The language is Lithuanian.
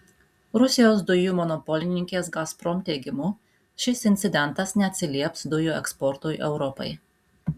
rusijos dujų monopolininkės gazprom teigimu šis incidentas neatsilieps dujų eksportui europai